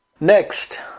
Next